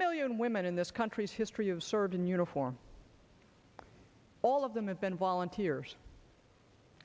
million women in this country's history of serve in uniform all of them have been volunteers